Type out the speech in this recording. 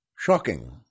Shocking